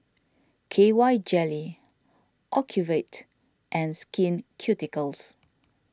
K Y Jelly Ocuvite and Skin Ceuticals